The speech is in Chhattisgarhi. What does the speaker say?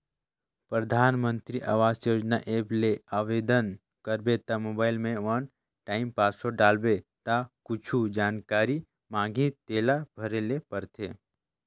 परधानमंतरी आवास योजना ऐप ले आबेदन करबे त मोबईल में वन टाइम पासवर्ड डालबे ता कुछु जानकारी मांगही तेला भरे ले परथे